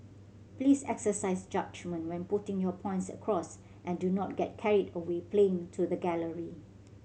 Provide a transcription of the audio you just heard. please exercise judgement when putting your points across and do not get carried away playing to the gallery